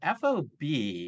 FOB